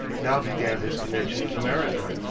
now began his connection with america,